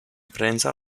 prensa